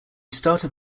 started